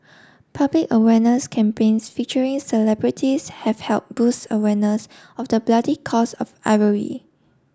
public awareness campaigns featuring celebrities have help boost awareness of the bloody cost of ivory